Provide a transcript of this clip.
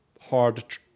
hard